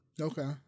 Okay